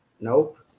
Nope